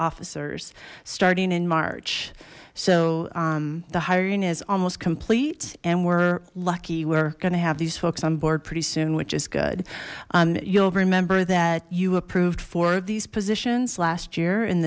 officers starting in march so the hiring is almost complete and we're lucky we're going to have these folks on board pretty soon which is good you'll remember that you approved four of these positions last year